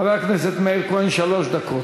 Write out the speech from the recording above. חבר הכנסת מאיר כהן, שלוש דקות.